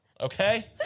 Okay